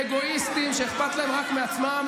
אגואיסטים שאכפת להם רק מעצמם,